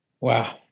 Wow